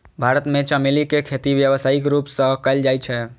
भारत मे चमेली के खेती व्यावसायिक रूप सं कैल जाइ छै